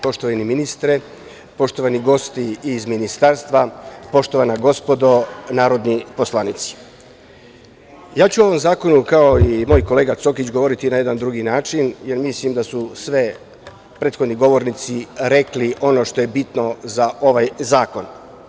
Poštovani ministre, poštovani gosti iz ministarstva, poštovana gospodo narodni poslanici, ja ću o ovom zakonu, kao i moj kolega Cokić, govoriti na jedan drugi način, jer mislim da su prethodni govornici rekli sve što je bitno za ovaj zakon.